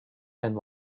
and